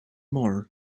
more